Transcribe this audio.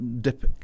dip